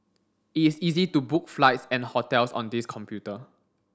it is easy to book flights and hotels on this computer